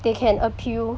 they can appeal